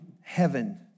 heaven